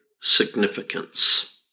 significance